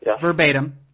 verbatim